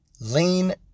lean